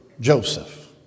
Joseph